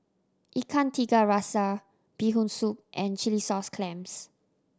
Ikan Tiga Rasa Bee Hoon Soup and chilli sauce clams